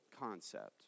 concept